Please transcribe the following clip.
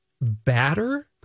batter